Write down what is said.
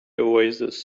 oasis